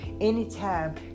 Anytime